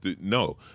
No